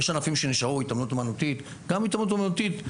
גם בהתעמלות האומנותית,